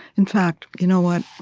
in fact, you know what?